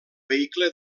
vehicle